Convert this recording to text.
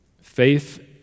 Faith